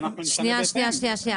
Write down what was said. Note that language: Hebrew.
ואנחנו נשנה בהתאם.